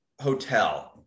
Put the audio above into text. hotel